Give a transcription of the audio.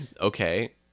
okay